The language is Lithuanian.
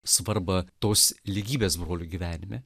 svarbą tos lygybės brolį gyvenime